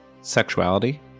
sexuality